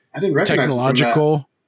technological